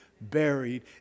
buried